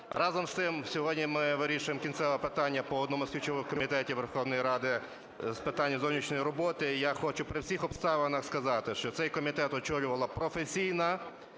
Разом з тим сьогодні ми вирішуємо кінцеве питання по одному з ключових Комітетів Верховної Ради з питань зовнішньої роботи. І я хочу при всіх обставинах сказати, що цей комітет очолювала професійна